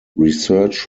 research